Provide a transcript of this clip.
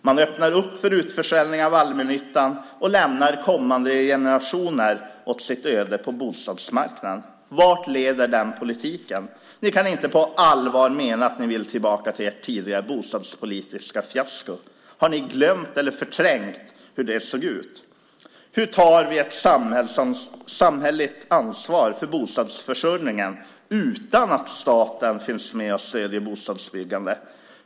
Man öppnar upp för utförsäljning av allmännyttan och lämnar kommande generationer åt sitt öde på bostadsmarknaden. Vart leder den politiken? Ni kan inte på allvar mena att ni vill tillbaka till ert tidigare bostadspolitiska fiasko. Har ni glömt eller förträngt hur det såg ut? Hur tar vi ett samhälleligt ansvar för bostadsförsörjningen utan att staten finns med och stöder bostadsbyggandet?